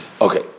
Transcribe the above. Okay